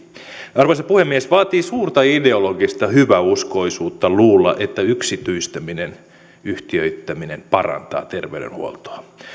arvoisa puhemies vaatii suurta ideologista hyväuskoisuutta luulla että yksityistäminen yhtiöittäminen parantaa terveydenhuoltoa